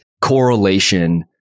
correlation